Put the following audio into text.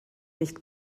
nicht